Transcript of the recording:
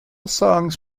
songs